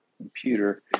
computer